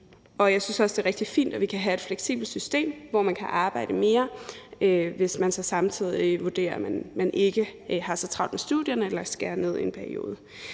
su. Jeg synes også, det er rigtig fint, at vi kan have et fleksibelt system, hvor man kan arbejde mere, hvis man så samtidig vurderer, at man ikke har så travlt med studierne, eller skærer ned i en periode.